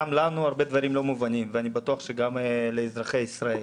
גם לנו הרבה דברים לא מובנים ואני בטוח שגם לאזרחי ישראל.